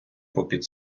попід